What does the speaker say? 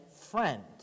Friend